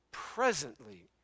Presently